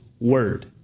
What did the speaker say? word